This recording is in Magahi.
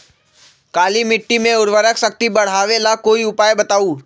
काली मिट्टी में उर्वरक शक्ति बढ़ावे ला कोई उपाय बताउ?